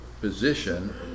position